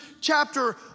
chapter